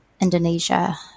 Indonesia